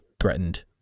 threatened